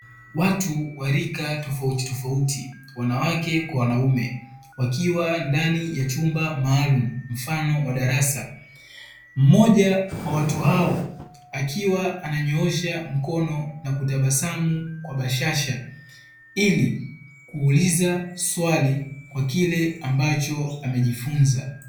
Watu waalika tofautitofauti wanawake kwa wanaume wakiwa ndani ya chumba maalumu mfano wa darasa, mmoja wa watu wao akiwa ananyoosha mkono na kutabasamu kwa bashasha, ili kuuliza swali kwa kile ambacho amejifunza.